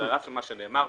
על אף מה שנאמר פה,